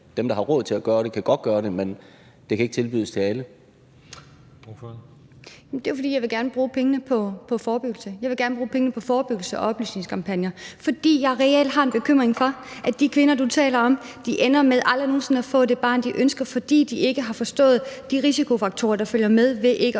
(Christian Juhl): Ordføreren. Kl. 17:00 Marlene Ambo-Rasmussen (V): Det er jo, fordi jeg gerne vil bruge pengene på forebyggelse. Jeg vil gerne bruge pengene på forebyggelse og oplysningskampagner, fordi jeg reelt har en bekymring for, at de kvinder, du taler om, ender med aldrig nogen sinde at få det barn, de ønsker, fordi de ikke har forstået de risici, der følger med ikke